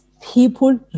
People